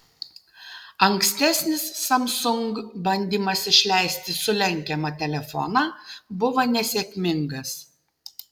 ankstesnis samsung bandymas išleisti sulenkiamą telefoną buvo nesėkmingas